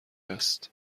است